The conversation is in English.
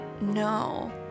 No